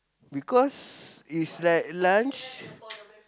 because it's like lunch